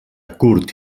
curt